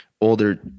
older